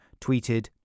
tweeted